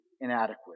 inadequate